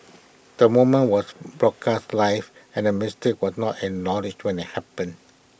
the moment was broadcast live and the mistake was not acknowledged when IT happened